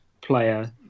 player